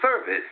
service